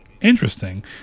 interesting